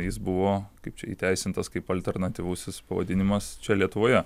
jis buvo kaip čia įteisintas kaip alternatyvusis pavadinimas čia lietuvoje